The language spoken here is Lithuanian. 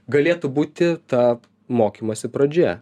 galėtų būti ta mokymosi pradžia